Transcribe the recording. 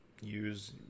use